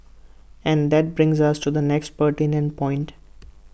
and that brings us to the next pertinent point